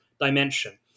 dimension